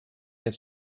get